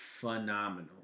phenomenal